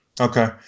Okay